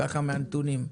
זה מהנתונים,